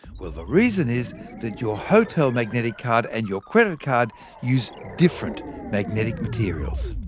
well, the reason is that your hotel magnetic card and your credit card use different magnetic materials.